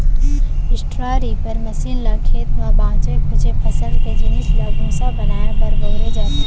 straw reaper machine ल खेत म बाचे खुचे फसल के जिनिस ल भूसा बनाए बर बउरे जाथे